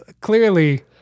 clearly